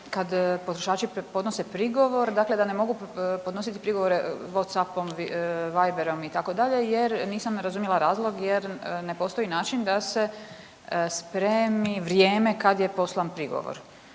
kada potrošači podnose prigovor, dakle da ne mogu podnositi prigovore Whatsappom, Viberom, itd., jer, nisam razumjela razlog jer ne postoji način da se spremi vrijeme kad je poslan prigovor.